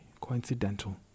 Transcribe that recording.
coincidental